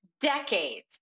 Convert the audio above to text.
decades